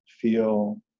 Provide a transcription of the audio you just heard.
feel